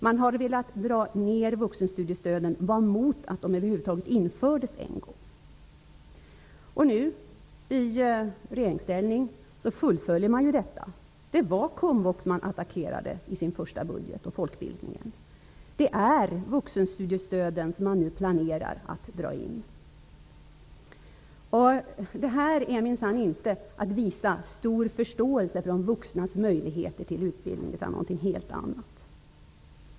De har velat dra ner vuxenstudiestödet och var emot att det över huvud taget infördes en gång. Nu i regeringsställning fullföljer man detta. Det var komvux och folkbildningen man attackerade i sin första budget. Det är vuxenstudiestödet som man nu planerar att dra in. Det är minsann inte att visa stor förståelse för de vuxnas möjligheter till utbildning utan någonting helt annat.